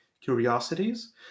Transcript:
curiosities